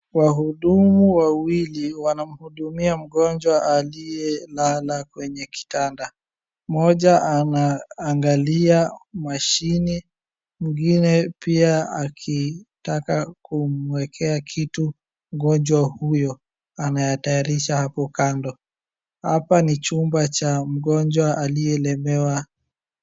Wahudumu wawili wanamhudumia mgonjwa aliyelala kwenye kitanda. Mmoja anaangalia mashini, mwingine pia akitaka kumuekea kitu mgonjwa huyo anatayarisha hapo kando. Hapa ni chumba cha mgonjwa aliyelemewa.